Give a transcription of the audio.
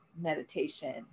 meditation